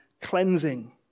cleansing